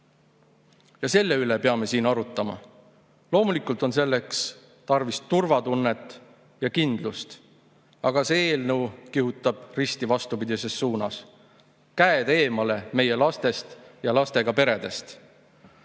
Selle üle peame siin arutama. Loomulikult on selleks tarvis turvatunnet ja kindlust, aga see eelnõu kihutab risti vastupidises suunas. Käed eemale meie lastest ja lastega peredest! Täna